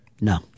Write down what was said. No